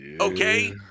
Okay